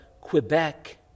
Quebec